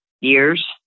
years